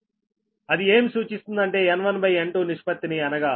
అది ఏమి సూచిస్తుంది అంటే N1N2నిష్పత్తిని అనగా VHPVXP